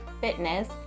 fitness